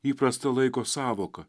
įprastą laiko sąvoką